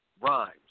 rhymes